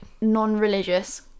non-religious